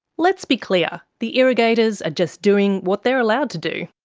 let's be clear, the irrigators are just doing what they're allowed to do.